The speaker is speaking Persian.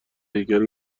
هیکل